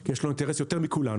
כי יש לו אינטרס יותר מכולנו.